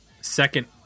second